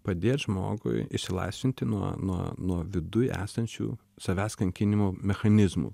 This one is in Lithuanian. padėt žmogui išsilaisvinti nuo nuo nuo viduj esančių savęs kankinimo mechanizmų